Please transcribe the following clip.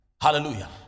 Hallelujah